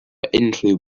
unrhyw